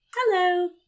Hello